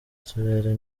turere